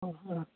ಹಾಂ ಹಾಂ